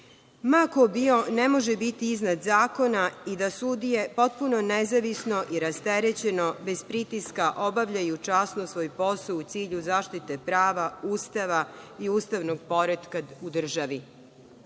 ma ko bio, ne može biti iznad zakona i da sudije potpuno nezavisno i rasterećeno, bez pritiska, obavljaju časno svoj posao u cilju zaštite prava, Ustava i ustavnog poretka u državi. Kažemo